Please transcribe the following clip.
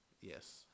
Yes